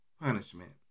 punishment